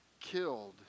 killed